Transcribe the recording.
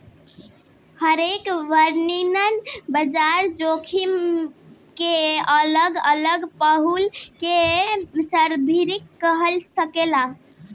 हरेक वर्गीकरण बाजार जोखिम के अलग अलग पहलू के संदर्भित कर सकेला